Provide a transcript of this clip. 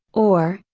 or,